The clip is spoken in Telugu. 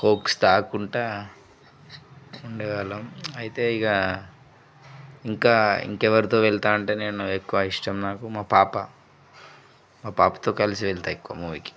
కోక్స్ తాగుకుంటూ ఉండేవాళ్ళం అయితే ఇగ ఇంకా ఇంకెవరితో వెళ్తా అంటే నేను ఎక్కువ ఇష్టం నాకు మా పాప మా పాపతో కలిసి వెళ్తా ఎక్కువ మూవీకి